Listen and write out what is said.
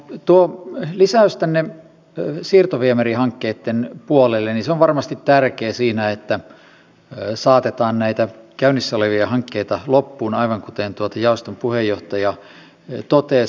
tuo lisäys tänne siirtoviemärihankkeitten puolelle on varmasti tärkeä siinä että saatetaan näitä käynnissä olevia hankkeita loppuun aivan kuten jaoston puheenjohtaja totesi